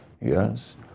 yes